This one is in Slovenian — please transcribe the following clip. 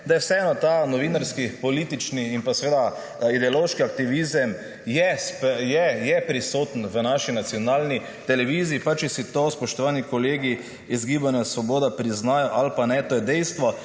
da je vseeno ta novinarski, politični in pa seveda ideološki aktivizem prisoten v naši nacionalni televiziji, pa če si to spoštovani kolegi iz Gibanja Svoboda priznajo ali pa ne. To je dejstvo.